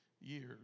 years